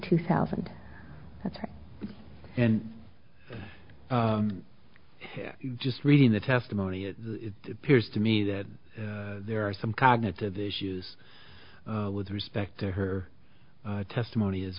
two thousand that's right and just reading the testimony of peers to me that there are some cognitive issues with respect to her testimony as